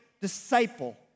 disciple